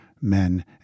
men